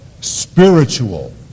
spiritual